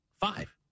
five